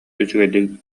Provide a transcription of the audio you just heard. үчүгэйдик